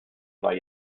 zwei